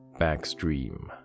Backstream